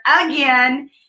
again